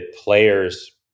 players